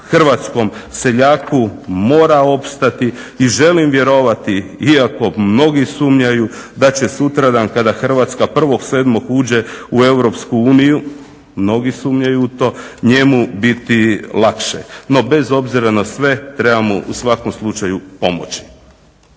hrvatskom seljaku, mora opstati i želim vjerovati, iako mnogi sumnjaju da će sutradan kada Hrvatska 1. 7. uđe u EU, mnogi sumnjaju u to, njemu biti lakše. No, bez obzira na sve trebamo u svakom slučaju pomoći.